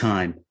Time